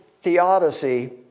theodicy